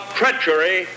treachery